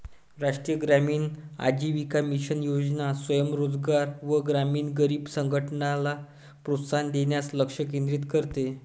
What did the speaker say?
राष्ट्रीय ग्रामीण आजीविका मिशन योजना स्वयं रोजगार व ग्रामीण गरीब संघटनला प्रोत्साहन देण्यास लक्ष केंद्रित करते